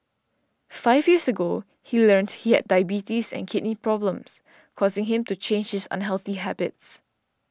five years ago he learnt he had diabetes and kidney problems causing him to change his unhealthy habits